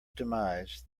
demise